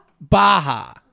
Baja